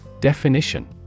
Definition